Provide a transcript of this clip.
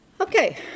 Okay